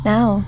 Now